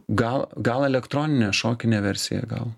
gal gal elektroninė šokinė versiją gal